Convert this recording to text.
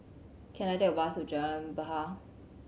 can I take a bus to Jalan Bahar